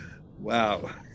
wow